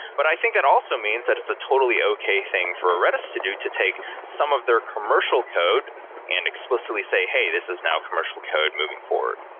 but i think that also means that it's a totally okay thing for redis to do to take some of their commercial code and explicitly say, hey, this is now commercial code moving forward.